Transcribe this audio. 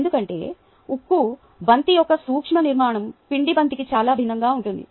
ఎందుకంటే ఉక్కు బంతి యొక్క సూక్ష్మ నిర్మాణం పిండి బంతికి చాలా భిన్నంగా ఉంటుంది